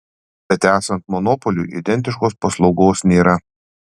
bet esant monopoliui identiškos paslaugos nėra